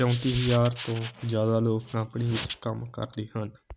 ਚੌਂਤੀ ਹਜ਼ਾਰ ਤੋਂ ਜ਼ਿਆਦਾ ਲੋਕ ਕੰਪਨੀ ਵਿੱਚ ਕੰਮ ਕਰਦੇ ਹਨ